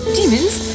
Demons